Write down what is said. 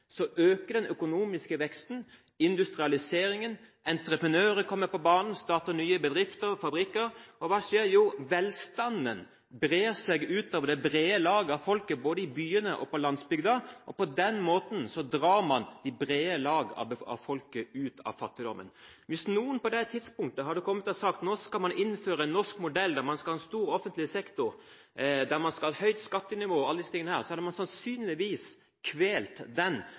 den økonomiske veksten. Med industrialiseringen kom entreprenørene på banen og startet nye bedrifter og fabrikker. Hva skjedde? Velstanden bredte seg ut til det brede lag av folket, både i byene og på landsbygda. På den måten dro man det brede lag av befolkningen ut av fattigdommen. Hvis noen på det tidspunktet hadde kommet og sagt at nå skal man innføre en norsk modell, der man skal ha en stor offentlig sektor, der man skal ha et høyt skattenivå og alle de tingene, ville man sannsynligvis kvelt den